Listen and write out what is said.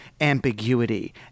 ambiguity